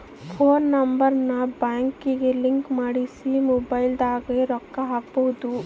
phone number ನ ಬ್ಯಾಂಕಿಗೆ link ಮಾಡ್ಸಿ ಮೊಬೈಲದಾಗ ರೊಕ್ಕ ಹಕ್ಬೊದು